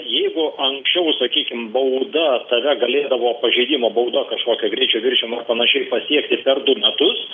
jeigu anksčiau sakykim bauda tave galėdavo pažeidimo bauda kažkokia greičio viršijimo ar panašiai pasiekti per du metus